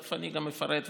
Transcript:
ותכף אני גם אפרט ואתייחס.